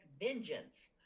vengeance